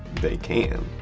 they can.